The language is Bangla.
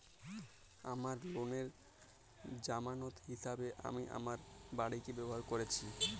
আমার লোনের জামানত হিসেবে আমি আমার বাড়িকে ব্যবহার করেছি